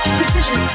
Precision